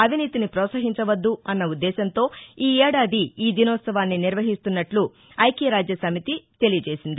అవినీతిని ప్రోత్సహించవద్దు అన్న ఉద్దేశ్యంతో ఈ ఏడాది ఈ దినోత్సవాన్ని నిర్వహిస్తున్నట్ల ఐక్యరాజ్యసమితి తెలియజేసింది